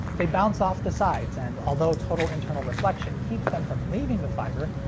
they bounce off the sides, and although total internal reflection keeps them from leaving the fiber,